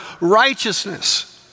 righteousness